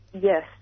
yes